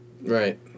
Right